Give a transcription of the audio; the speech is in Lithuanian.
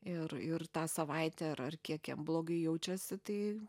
ir ir tą savaitę ar ar kiek jam blogai jaučiasi tai